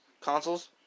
consoles